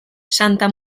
santa